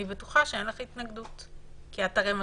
אני בטוחה שאין לך התנגדות, כי את הרי מסכימה.